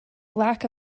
lack